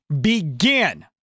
begin